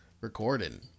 Recording